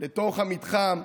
לתוך המתחם.